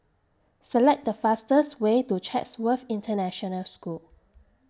Select The fastest Way to Chatsworth International School